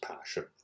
Passion